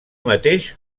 mateix